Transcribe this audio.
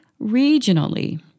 regionally